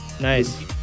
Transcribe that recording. nice